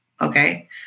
okay